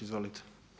Izvolite.